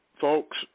folks